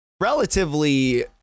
relatively